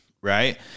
right